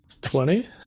Twenty